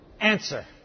Answer